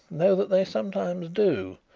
know that they sometimes do,